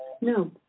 No